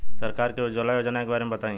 सरकार के उज्जवला योजना के बारे में बताईं?